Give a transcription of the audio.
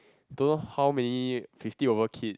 don't know how many fifty over kids